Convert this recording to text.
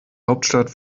hauptstadt